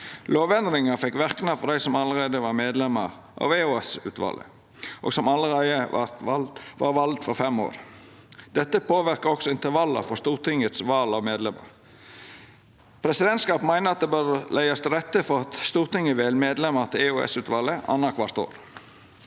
Lovendringa fekk verknad for dei som allereie var medlemer av EOS-utvalet, og som allereie var valt for fem år. Det påverka også intervalla for Stortingets val av medlemer. Presidentskapet meiner at det bør leggjast til rette for at Stortinget vel medlemer til EOS-utvalet annakvart år.